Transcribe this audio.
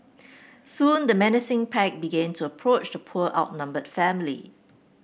soon the menacing pack began to approach the poor outnumbered family